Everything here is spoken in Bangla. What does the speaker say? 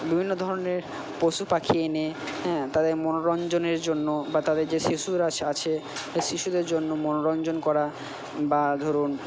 বিভিন্ন ধরনের পশুপাখি এনে হ্যাঁ তাদের মনোরঞ্জনের জন্য বা তাদের যে শিশুরা আছে সেই শিশুদের জন্য মনোরঞ্জন করা বা ধরুন